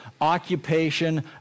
occupation